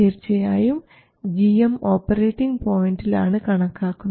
തീർച്ചയായും gm operating പോയിൻറിൽ ആണ് കണക്കാക്കുന്നത്